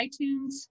iTunes